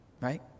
Right